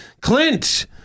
clint